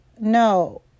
no